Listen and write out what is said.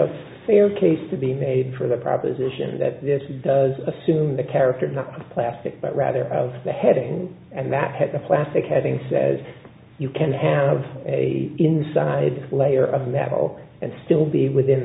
a fair case to be made for the proposition that this does assume the character not plastic but rather of the heading and that the plastic having says you can have a inside layer of metal and still be within